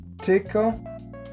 tickle